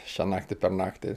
šią naktį per naktį